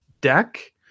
deck